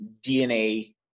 DNA